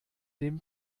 dem